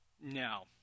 no